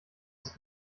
ist